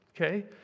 okay